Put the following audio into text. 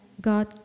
God